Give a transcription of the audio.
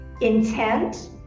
intent